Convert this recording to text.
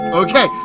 okay